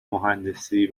مهندسی